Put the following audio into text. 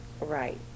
Right